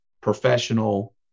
professional